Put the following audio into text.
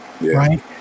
right